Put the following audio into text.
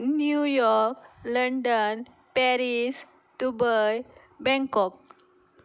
new York London Paris Dubai Bangkok